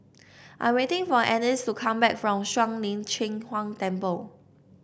I'm waiting for Annis to come back from Shuang Lin Cheng Huang Temple